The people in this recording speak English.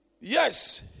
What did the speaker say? Yes